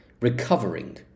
recovering